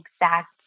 exact